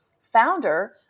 founder